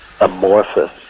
amorphous